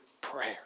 prayer